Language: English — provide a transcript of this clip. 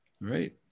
right